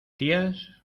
tías